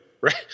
right